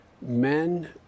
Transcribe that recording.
men